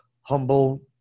humble